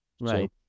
right